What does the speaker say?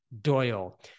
Doyle